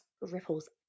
ripples